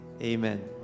Amen